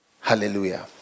Hallelujah